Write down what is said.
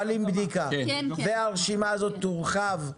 והרשימה הזאת תורחב.